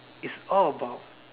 it's all about